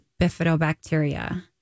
bifidobacteria